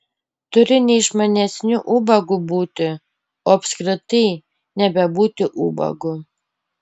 turi ne išmanesniu ubagu būti o apskritai nebebūti ubagu